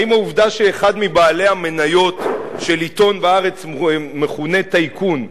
האם העובדה שאחד מבעלי המניות של עיתון "הארץ" מכונה טייקון,